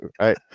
Right